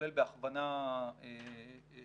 כולל בהכוונה שהמשרד